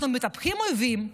אנחנו מטפחים אויבים,